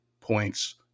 points